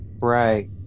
Right